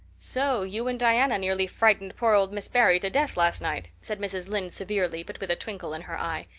so you and diana nearly frightened poor old miss barry to death last night? said mrs. lynde severely, but with a twinkle in her eye.